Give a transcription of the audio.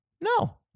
no